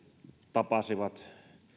tapasivat